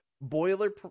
Boiler